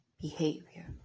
behavior